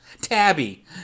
Tabby